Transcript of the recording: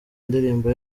ndirimbo